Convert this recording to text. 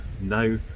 now